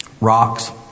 rocks